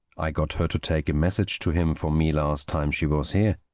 i got her to take a message to him for me last time she was here.